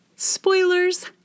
Spoilers